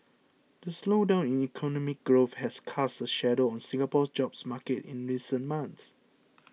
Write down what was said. the slowdown in economic growth has cast a shadow on Singapore's job market in recent months